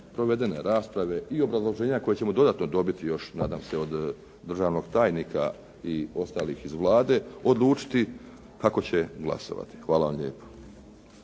provedene rasprave i obrazloženja koje ćemo još dodatno dobiti nadam se od državnih tajnika i ostalih iz vlade odlučiti kako će glasovati. Hvala vam lijepo.